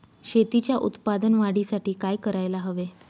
शेतीच्या उत्पादन वाढीसाठी काय करायला हवे?